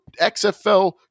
XFL